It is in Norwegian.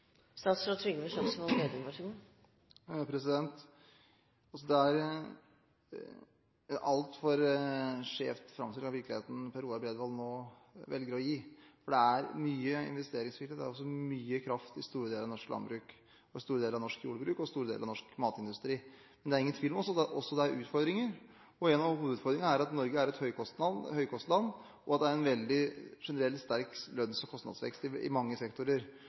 er en altfor skjev framstilling av virkeligheten Per Roar Bredvold nå velger å gi, for det er mye investeringsvilje og mye kraft i store deler av norsk landbruk, i store deler av norsk jordbruk og i store deler av norsk matindustri. Men det er ingen tvil om at det også er utfordringer. En av hovedutfordringene er at Norge er et høykostland, og at det generelt er en veldig sterk lønns- og kostnadsvekst i mange sektorer.